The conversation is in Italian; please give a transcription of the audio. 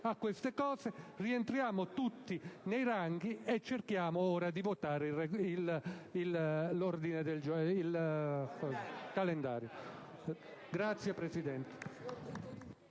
a questi aspetti, rientriamo tutti nei ranghi e cerchiamo ora di votare il calendario.